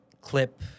CLIP